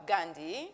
Gandhi